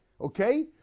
Okay